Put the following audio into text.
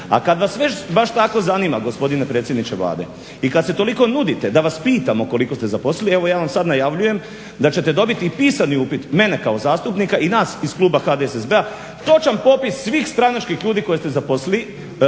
A kad vas već baš tako zanima gospodine predsjedniče Vlade i kad se toliko nudite da vas pitamo koliko ste zaposlili evo ja vam sad najavljujem da ćete dobiti pisani upit mene kao zastupnika i nas iz kluba HDSSB-a točan popis svih stranačkih ljudi koje ste zaposlili